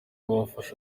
bafashe